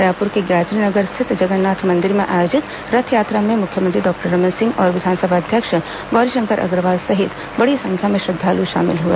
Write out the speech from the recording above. रायपुर के गायत्री नगर स्थित जगन्नाथ मंदिर में आयोजित रथयात्रा में मुख्यमंत्री डॉक्टर रमन सिंह और विधानसभा अध्यक्ष गौरीशंकर अग्रवाल सहित बड़ी संख्या में श्रद्वालू शामिल हुए